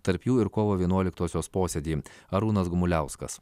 tarp jų ir kovo vienuoliktosios posėdį arūnas gumuliauskas